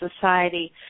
society